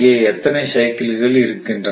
இங்கே எத்தனை சைக்கிள்கள் இருக்கின்றன